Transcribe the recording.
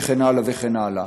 וכן הלאה וכן הלאה.